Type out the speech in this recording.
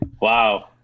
Wow